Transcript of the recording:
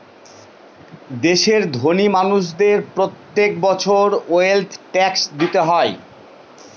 দেশের ধোনি মানুষদের প্রত্যেক বছর ওয়েলথ ট্যাক্স দিতে হয়